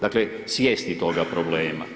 Dakle, svjesni tog problema.